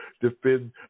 defend